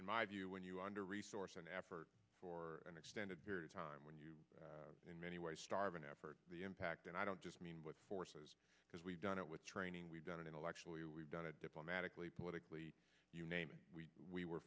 in my view when you under resource an effort for an extended period of time when you are in many ways starvin effort the impact and i don't just mean what forces because we've done it with training we've done it intellectually we've done it diplomatically politically you name it we we